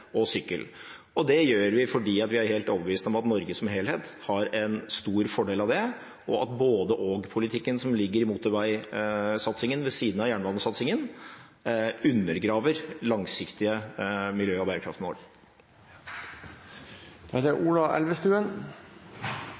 og sykkel. Det gjør vi fordi vi er helt overbevist om at Norge som helhet har en stor fordel av det, og at både-og-politikken som ligger i motorveisatsingen ved siden av jernbanesatsingen, undergraver langsiktige miljø- og bærekraftmål. Først vil jeg takke for et godt innlegg. Den beskrivelsen av verden og situasjonen vi er